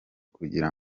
kugira